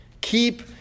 Keep